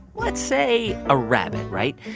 let's say, a rabbit, right?